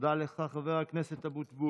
תודה לך, חבר הכנסת אבוטבול.